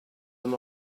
and